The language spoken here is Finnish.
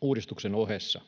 uudistuksen ohessa.